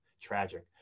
tragic